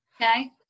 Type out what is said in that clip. Okay